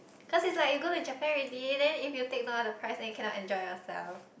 cause is like you go to Japan already then if you take note of the price then you cannot enjoy yourself